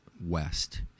west